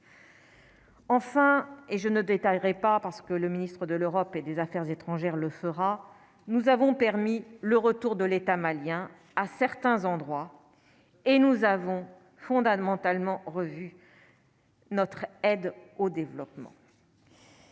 Enfin, et je ne détaillerai pas, parce que le ministre de l'Europe et des Affaires étrangères, le fera, nous avons permis le retour de l'État malien à certains endroits et nous avons fondamentalement revu. Notre aide au développement.